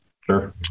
Sure